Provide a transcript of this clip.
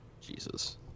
Jesus